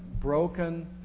broken